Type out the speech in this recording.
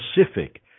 specific